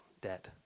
debt